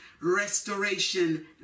restoration